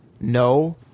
no